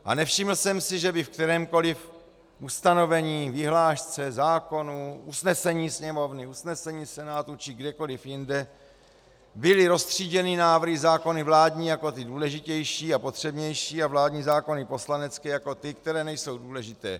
A nevšiml jsem si, že by v kterémkoli ustanovení, vyhlášce, zákonu, usnesení Sněmovny, usnesení Senátu či kdekoli jinde byly roztříděny návrhy zákony vládní jako ty důležitější a potřebnější a zákony poslanecké jako ty, které nejsou důležité.